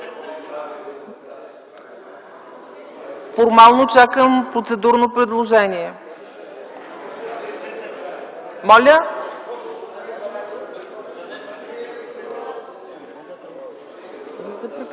Формално чакам процедурно предложение.